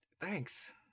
Thanks